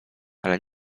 ale